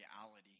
reality